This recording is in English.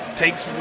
takes